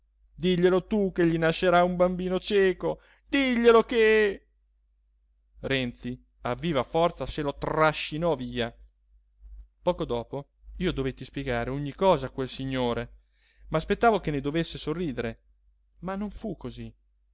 diglielo tu che gli nascerà un bambino cieco diglielo che renzi a viva forza se lo trascinò via poco dopo io dovetti spiegare ogni cosa a quel signore m'aspettavo che ne dovesse sorridere ma non fu cosí